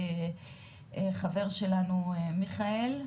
חבר שלנו מיכאל,